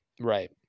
Right